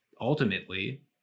Ultimately